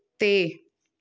ਅਤੇ